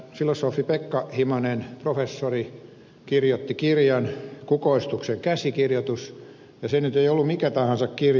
filosofi pekka himanen professori kirjoitti kirjan kukoistuksen käsikirjoitus ja se nyt ei ollut mikä tahansa kirja